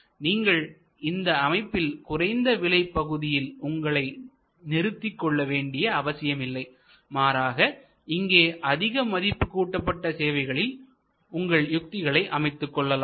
நீங்கள் இந்த அமைப்பில் குறைந்த விலை பகுதியில் உங்களை நிறுத்திக்கொள்ள வேண்டிய அவசியமில்லை மாறாக இங்கே அதிக மதிப்பு கூட்டப்பட்ட சேவைகளில் உங்கள் யுத்திகளை அமைத்துக் கொள்ளலாம்